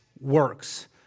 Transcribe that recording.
works